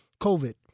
COVID